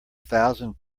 thousand